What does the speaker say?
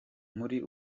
muri